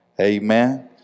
Amen